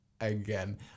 again